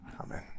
Amen